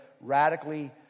radically